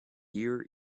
year